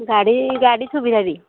ଗାଡ଼ି ଗାଡ଼ି ସୁବିଧା ବି